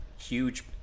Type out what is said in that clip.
Huge